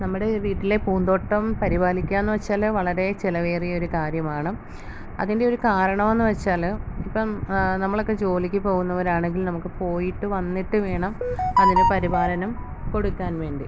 നമ്മുടെ വീട്ടിലെ പൂന്തോട്ടം പരിപാലിക്കുക എന്ന് വച്ചാൽ വളരേ ചിലവേറിയ ഒരു കാര്യമാണ് അതിൻ്റെ ഒരു കാരണമെന്ന് വച്ചാൽ ഇപ്പം നമ്മളൊക്കെ ജോലിക്ക് പോകുന്നവരാണെങ്കിൽ നമുക്ക് പോയിട്ടു വന്നിട്ടു വേണം അതിന് പരിപാലനം കൊടുക്കാൻ വേണ്ടി